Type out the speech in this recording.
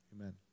Amen